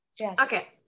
Okay